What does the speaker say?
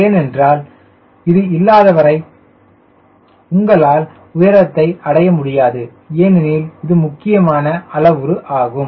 ஏனென்றால் இது இல்லாதவரை உங்களால் உயரத்தை அடைய முடியாது ஏனெனில் இது முக்கியமான அளவுரு ஆகும்